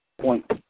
point